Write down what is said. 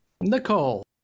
Nicole